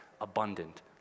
abundant